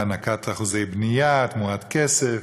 להענקת אחוזי בנייה תמורת כסף.